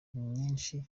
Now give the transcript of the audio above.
myinshi